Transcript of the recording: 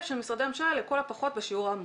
של משרדי הממשלה לכל הפחות בשיעור האמור".